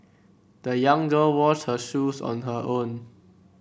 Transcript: the young girl washed her shoes on her own